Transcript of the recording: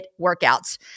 workouts